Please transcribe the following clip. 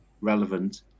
relevant